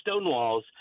stonewalls